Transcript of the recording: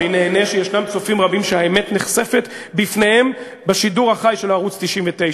אני נהנה שיש צופים רבים שהאמת נחשפת בפניהם בשידור החי של ערוץ 99,